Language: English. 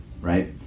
right